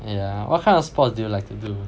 yeah what kind of sports do you like to do